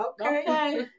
Okay